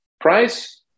price